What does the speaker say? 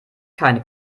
keine